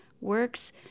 works